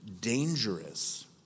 dangerous